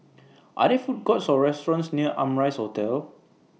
Are There Food Courts Or restaurants near Amrise Hotel